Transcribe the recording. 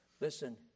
listen